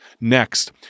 Next